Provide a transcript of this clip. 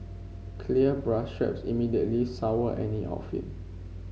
clear bra straps immediately sour any outfit